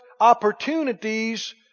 opportunities